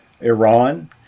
Iran